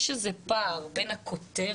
יש איזה פער בין הכותרת